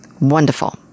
wonderful